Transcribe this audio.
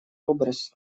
образ